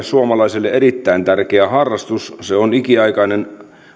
suomalaiselle erittäin tärkeä harrastus se on ikiaikainen